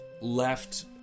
left